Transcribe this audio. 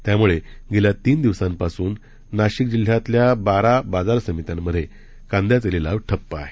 त्यामुळे गेल्या तीन दिवसांपासून नाशिक जिल्ह्यातल्या बारा बाजार समित्यांमध्ये कांद्याचे लिलाव ठप्प आहेत